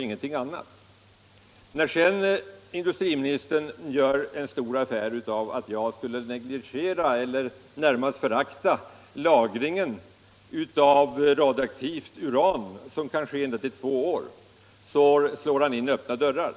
När industriministern sedan gjorde en stor affär av att jag, som han sade, närmast föraktade den lagring av radioaktivt uran som kan ske ändå upp till två år, så slog han in öppna dörrar.